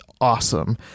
awesome